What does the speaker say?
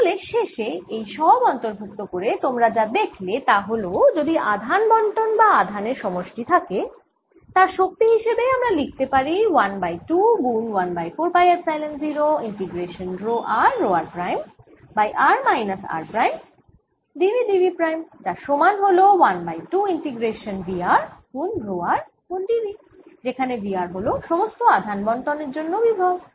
তাহলে শেষে এই সব অন্তর্ভুক্ত করে তোমরা যা দেখলে তা হল যদি আধান বন্টন বা আধানের সমষ্টি থাকে তার শক্তি হিসেবে আমরা লিখতে পারি 1 বাই 2 গুন 1 by 4 pi epsilon 0 integration rho r rho r prime by r minus r prime d v d v prime যার সমান হল 1 বাই 2 ইন্টিগ্রেশান v r গুন রো r গুন d v যেখানে v r হল সমস্ত আধান বন্টনের জন্য বিভব